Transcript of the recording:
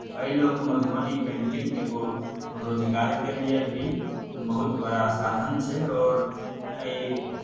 एहि लऽ कऽ मधुबनी पेन्टिंग एगो रोजगारके लिए भी बहुत बड़ा साधन छै आओर एहि